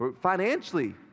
Financially